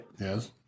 Yes